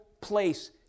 place